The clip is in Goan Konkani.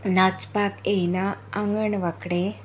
नाचपाक येयना आंगण वांकडें